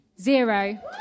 Zero